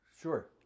sure